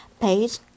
page